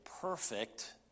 perfect